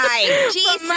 Jesus